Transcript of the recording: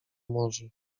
morzu